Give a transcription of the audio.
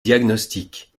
diagnostic